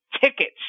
tickets